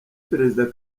president